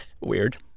weird